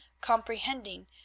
comprehending